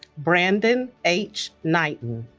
brandon h. knighten